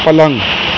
پلنگ